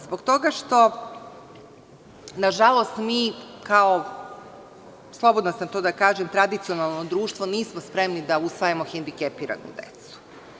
Zbog toga što nažalost kao, slobodna sam to da kažem, tradicionalno društvo nismo spremni da usvajamo hendikepiranu decu.